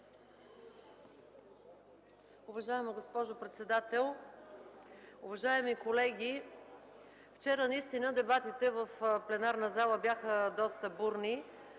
Уважаема госпожо председател, уважаеми колеги! Вчера наистина дебатите в пленарната зала бяха доста бурни,